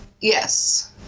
yes